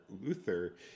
Luther